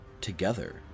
Together